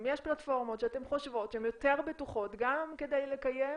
אם יש פלטפורמות שאתם חושבים שהן יותר בטוחות גם כדי לקיים